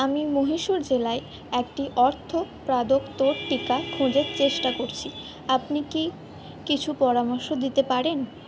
আমি মহীশূর জেলায় একটি অর্থ প্রদত্ত টিকা খোঁজার চেষ্টা করছি আপনি কি কিছু পরামর্শ দিতে পারেন